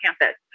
campus